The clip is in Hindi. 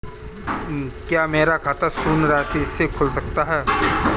क्या मेरा खाता शून्य राशि से खुल सकता है?